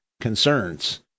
concerns